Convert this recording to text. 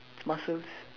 muscles